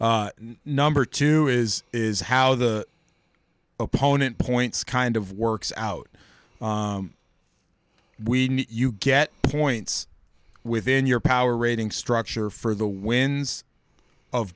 number two is is how the opponent points kind of works out we need you get points within your power rating structure for the wins of